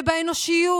ובאנושיות.